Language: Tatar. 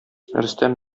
рөстәм